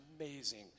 amazing